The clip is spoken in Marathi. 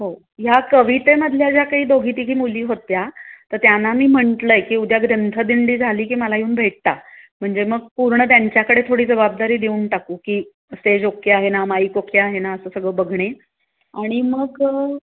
हो ह्या कवितेमधल्या ज्या काही दोघी तिघी मुली होत्या तर त्यांना मी म्हटलं आहे की उद्या ग्रंथदिंडी झाली की मला येऊन भेटा म्हणजे मग पूर्ण त्यांच्याकडे थोडी जबाबदारी देऊन टाकू की स्टेज ओके आहे ना माईक ओके आहे ना असं सगळं बघणे आणि मग